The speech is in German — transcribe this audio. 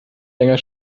länger